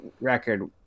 record